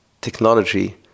technology